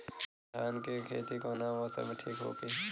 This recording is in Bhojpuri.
धान के खेती कौना मौसम में ठीक होकी?